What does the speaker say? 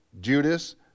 Judas